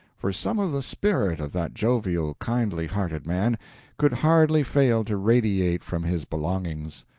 for some of the spirit of that jovial, kindly hearted man could hardly fail to radiate from his belongings.